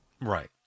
Right